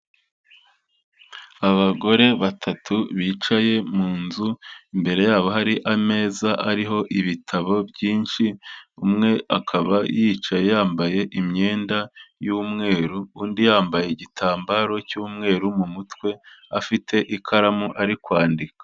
Abagore batatu bicaye mu nzu, imbere yabo hari ameza ariho ibitabo byinshi, umwe akaba yicaye yambaye imyenda y'umweru, undi yambaye igitambaro cy'umweru mu mutwe, afite ikaramu ari kwandika.